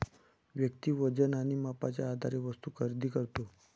व्यक्ती वजन आणि मापाच्या आधारे वस्तू खरेदी करतो